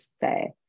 say